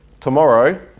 tomorrow